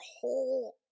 whole